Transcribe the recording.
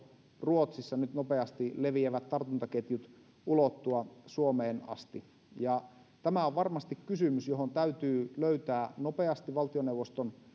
ruotsissa nyt nopeasti leviävät tartuntaketjut ulottua suomeen asti ja tämä on varmasti kysymys johon täytyy löytää nopeasti valtioneuvoston